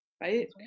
right